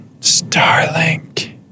Starlink